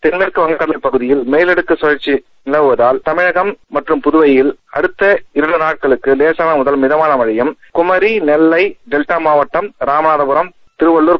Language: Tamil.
தென்மேற்கு வங்கக்கடல் பகுதியில் மேலடுக்குகமற்சிநிலவுவதால் தமிழகம் மற்றும் புதலையில் அடுத்த இரண்டுநாட்களுக்கல்சானதமுதல் மிதமானதமழையும் குமரி நெல்லைடெல் ாமாவட்டம் ராமநாதபுரம் திருவள்ளுர்